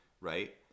right